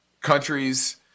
countries